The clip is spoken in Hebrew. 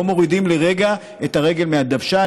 לא מורידים לרגע את הרגל מהדוושה.